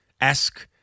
esque